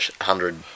hundred